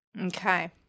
Okay